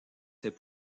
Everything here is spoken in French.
ses